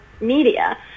media